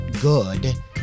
good